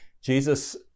Jesus